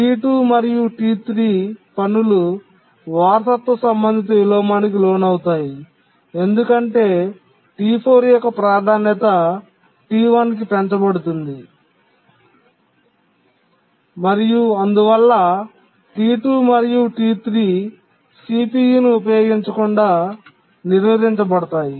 T2 మరియు T3 పనులు వారసత్వ సంబంధిత విలోమానికి లోనవుతాయి ఎందుకంటే T4 యొక్క ప్రాధాన్యత T1 కి పెరుగుతుంది మరియు అందువల్ల T2 మరియు T3 CPU ను ఉపయోగించకుండా నిరోధించబడతాయి